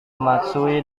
matsui